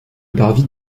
parvis